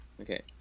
Okay